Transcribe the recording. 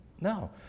No